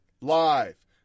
Live